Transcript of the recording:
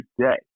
today